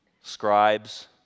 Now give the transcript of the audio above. scribes